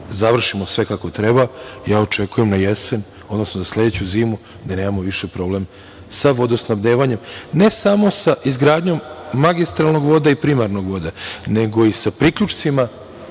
završimo sve kako treba, ja očekujem na jesen, odnosno za sledeću zimu da nemamo više problem sa vodosnabdevanje. Ne samo sa izgradnjom magistralnog voda i primarnog voda, nego i sa priključcima